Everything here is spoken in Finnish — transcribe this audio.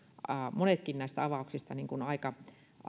monetkin näistä avauksista aika